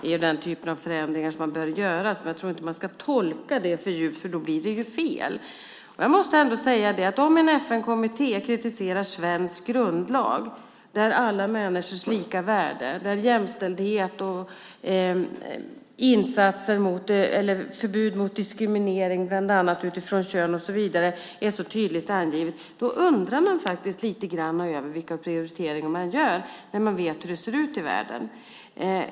Det är den typ av förändringar som bör göras, men jag tror inte att man ska tolka det för djupt, för då blir det fel. Om en FN-kommitté kritiserar svensk grundlag, där alla människors lika värde, jämställdhet och förbud mot diskriminering utifrån bland annat kön och så vidare är så tydligt angivna, undrar man faktiskt vilka prioriteringar som görs när vi vet hur det ser ut i världen.